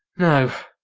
no,